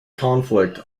conflict